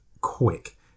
quick